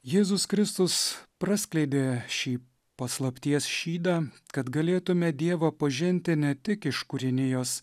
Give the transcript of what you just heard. jėzus kristus praskleidė šį paslapties šydą kad galėtume dievą pažinti ne tik iš kūrinijos